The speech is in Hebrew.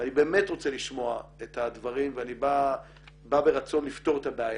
ואני באמת רוצה לשמוע את הדברים ואני בא ברצון לפתור את הבעיה,